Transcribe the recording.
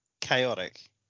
chaotic